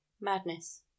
Madness